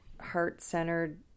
heart-centered